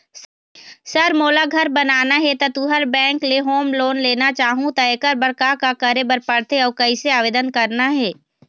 Sir मोला घर बनाना हे ता तुंहर बैंक ले होम लोन लेना चाहूँ ता एकर बर का का करे बर पड़थे अउ कइसे आवेदन करना हे?